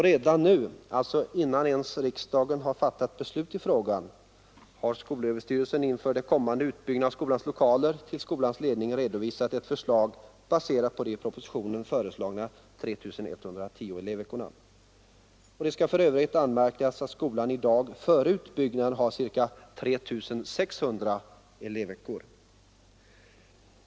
Redan nu, alltså innan ens riksdagen har fattat beslut i frågan, har skolöverstyrelsen inför den kommande utbyggnaden av skolans lokaler till skolans ledning redovisat ett förslag, baserat på de i propositionen föreslagna 3 110 elevveckorna. Det skall för övrigt anmärkas att skolan i dag före utbyggnaden har ca 3 600 elevveckor.